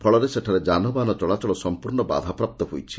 ଫଳରେ ସେଠାରେ ଯାନବାହନ ଚଳାଚଳ ସଖ୍ରର୍ଷ ବାଧାପ୍ରାପ୍ତ ହୋଇଛି